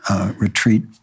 retreat